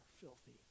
filthy